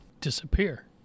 disappear